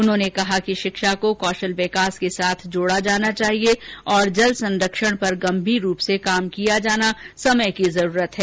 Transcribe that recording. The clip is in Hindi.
उन्होंने कहा कि शिक्षा को कौशल विकास के साथ जोड़ा जाना चाहिए तथा जल संरक्षण पर गंभीर रूप से काम किया जाना समय की जरूरत है